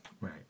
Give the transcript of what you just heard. Right